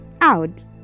out